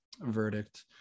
verdict